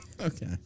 Okay